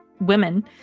women